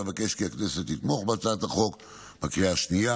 אבקש כי הכנסת תתמוך בהצעת החוק בקריאה השנייה